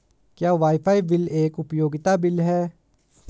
क्या wifi bill एक उपयोगिता बिल है?